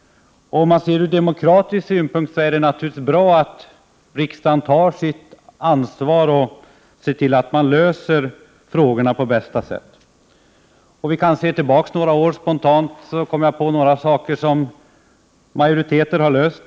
Ur demokratisk synpunkt är det naturligtvis bra att riksdagen tar sitt ansvar och ser till att olika frågor löses på bästa sätt. Om jag går några år tillbaka i tiden, kommer jag spontant att tänka på några frågor där man har lyckats åstadkomma en majoritet för sina förslag.